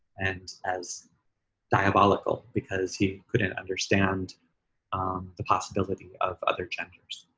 and as diabolical because he couldn't understand the possibility of other genders.